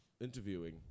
interviewing